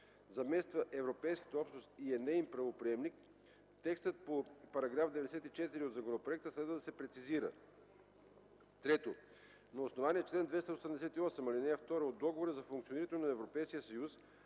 замества Европейската общност и е неин правоприемник”, текстът на § 94 от законопроекта следва да се прецизира; 3. На основание чл. 288, ал. 2 от Договора за функционирането на Европейския съюз,